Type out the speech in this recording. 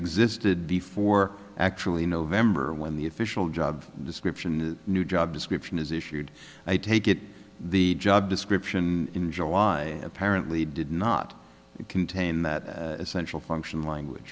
existed before actually november when the official job description a new job description is issued i take it the job description in july apparently did not contain that essential function language